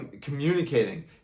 communicating